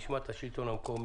נשמע את השלטון המקומי,